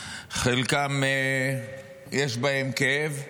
חלקם, יש בהם כאב,